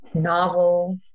novel